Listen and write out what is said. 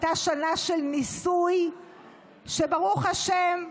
הייתה שנה של ניסוי שברוך השם,